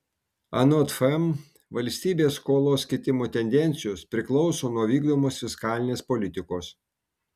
anot fm valstybės skolos kitimo tendencijos priklauso nuo vykdomos fiskalinės politikos